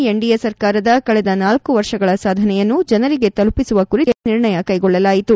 NDA ಸರ್ಕಾರದ ಕಳೆದ ನಾಲ್ಲು ವರ್ಷಗಳ ಸಾಧನೆಯನ್ನು ಜನರಿಗೆ ತಲುಪಿಸುವ ಕುರಿತು ಸಭೆಯಲ್ಲಿ ನಿರ್ಣಯ ಕ್ಚೆಗೊಳ್ಳಲಾಯಿತು